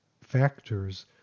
factors